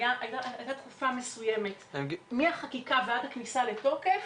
הייתה תקופה מהחקיקה עד הכניסה לתוקף,